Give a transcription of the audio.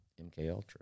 MKUltra